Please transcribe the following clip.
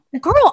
girl